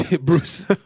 Bruce